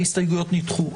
ההסתייגויות נדחו.